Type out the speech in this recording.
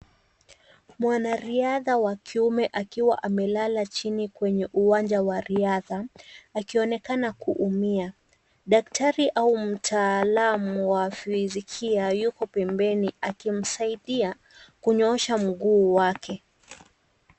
Mwanariadha wa kiume akiwa amelala chini kwenye uwanja wa riadha akionekana kuumia, daktari au mtaalamu wa fizikia yuko pembeni akimsaidia kunyoosha mguu wake.